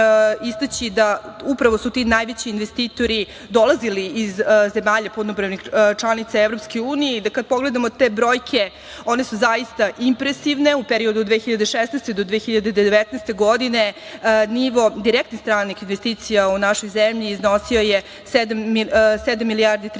istaći da upravo su ti najveći investitori dolazili iz zemalja punopravnih članica EU i da kad pogledamo te brojke, one su zaista impresivne. U periodu od 2016. godine do 2019. godine nivo direktnih stranih investicija u našoj zemlji iznosio je sedam milijardi 315 miliona